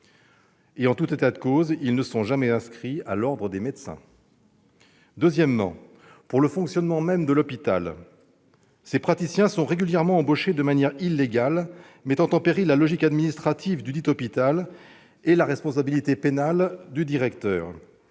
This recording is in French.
En tout état de cause, ils ne sont jamais inscrits à l'ordre des médecins. Deuxièmement, cette réflexion est nécessaire pour le fonctionnement même de l'hôpital. Ces praticiens sont régulièrement embauchés de manière illégale, mettant en péril la logique administrative dudit hôpital et la responsabilité pénale du directeur.